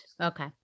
Okay